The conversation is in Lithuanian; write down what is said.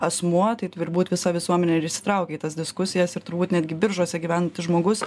asmuo tai turbūt visa visuomenė ir įsitraukia į tas diskusijas ir turbūt netgi biržuose gyvenantis žmogus